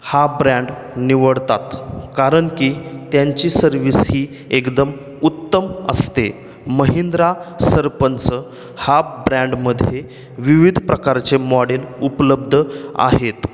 हा ब्रँड निवडतात कारण की त्यांची सर्विस ही एकदम उत्तम असते महिंद्रा सरपंच हा ब्रँडमध्ये विविध प्रकारचे मॉडेल उपलब्ध आहेत